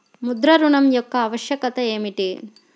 ముద్ర ఋణం యొక్క ఆవశ్యకత ఏమిటీ?